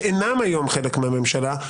שאינם היום חלק מהממשלה,